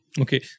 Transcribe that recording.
Okay